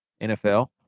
NFL